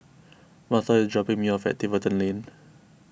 Martha is dropping me off at Tiverton Lane